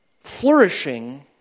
Flourishing